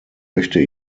möchte